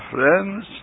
friends